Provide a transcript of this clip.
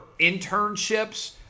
internships